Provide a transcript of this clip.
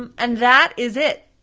um and that is it,